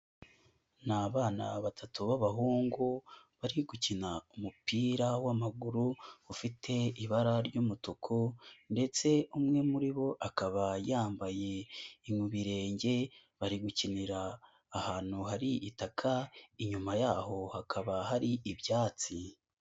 Ni abana batatu b'abahungu, bari gukina umupira w'amaguru ufite ibara ry'umutuku ndetse umwe muri bo akaba yambaye ibirenge, bari gukinira ahantu hari itaka, inyuma yaho hakaba hari ibyatsi.